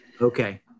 Okay